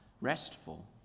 restful